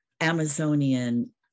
Amazonian